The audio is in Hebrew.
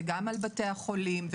וגם על בתי החולים,